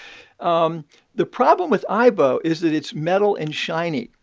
um the problem with aibo is that it's metal and shiny,